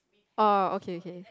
oh okay okay